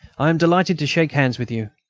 i am delighted to shake hands with you.